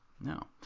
No